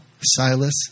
Silas